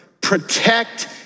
protect